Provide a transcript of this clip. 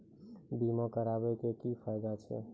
बीमा कराबै के की फायदा छै?